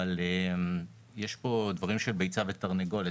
אבל יש פה דברים של ביצה ותרנגולת.